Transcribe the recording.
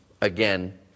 again